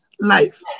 life